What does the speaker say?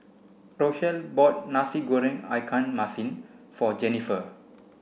Rochelle bought Nasi Goreng Ikan Masin for Jennifer